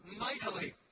mightily